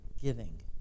giving